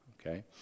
Okay